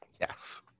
Yes